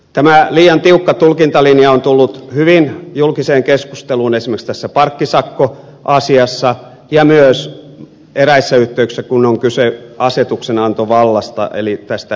tämä liian tiukka tulkintalinja on tullut hyvin julkiseen keskusteluun esimerkiksi tässä parkkisakkoasiassa ja myös eräissä yhteyksissä kun on kyse asetuksenantovallasta eli tästä delegointikiellosta